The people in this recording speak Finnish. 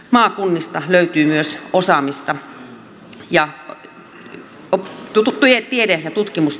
maakunnista löytyy myös osaamista ja tiede ja tutkimustyötä